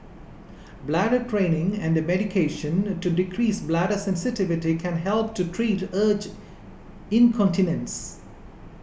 bladder training and medication to decrease bladder sensitivity can help to treat urge incontinence